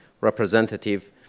representative